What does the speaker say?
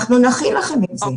אנחנו נכין לכם את זה.